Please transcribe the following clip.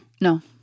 No